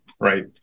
right